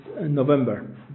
November